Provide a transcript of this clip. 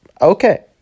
Okay